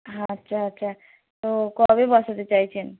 আচ্ছা আচ্ছা তো কবে বসাতে চাইছেন